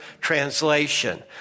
translation